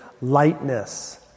lightness